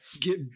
get